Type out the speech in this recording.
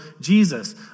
Jesus